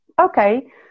okay